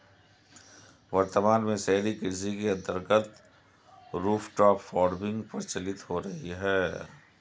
वर्तमान में शहरी कृषि के अंतर्गत रूफटॉप फार्मिंग प्रचलित हो रही है